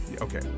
okay